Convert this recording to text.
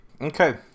Okay